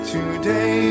Today